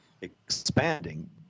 expanding